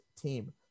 team